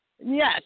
Yes